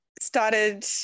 started